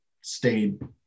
stayed